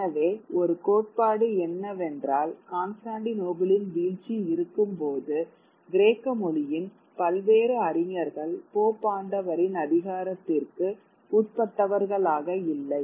எனவே ஒரு கோட்பாடு என்னவென்றால் கான்ஸ்டான்டினோப்பிளின் வீழ்ச்சி இருக்கும்போது கிரேக்க மொழியின் பல்வேறு அறிஞர்கள் போப்பாண்டவரின் அதிகாரத்திற்கு உட்பட்டவர்களாக இல்லை